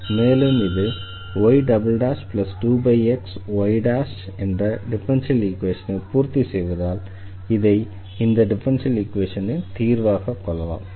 மேலும் இது y2xy0 என்ற டிஃபரன்ஷியல் ஈக்வேஷனை பூர்த்தி செய்வதால் இதை இந்த டிஃபரன்ஷியல் ஈக்வேஷனின் தீர்வாக கொள்ளலாம்